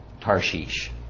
Tarshish